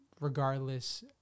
regardless